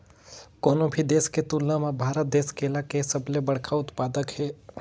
कोनो भी देश के तुलना म भारत देश केला के सबले बड़खा उत्पादक हे